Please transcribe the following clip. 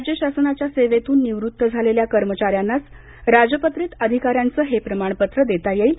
राज्य शासनाच्या सेवेतून निवृत्त झालेल्या कर्मचाऱ्यांनाच राजपत्रित अधिकार्याचं प्रमाणपत्र देता येईल